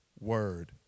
word